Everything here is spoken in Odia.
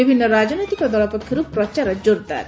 ବିଭିନ୍ନ ରାଜନୈତିକ ଦଳ ପକ୍ଷରୁ ପ୍ରଚାର ଜୋର୍ଦାର୍